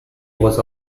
was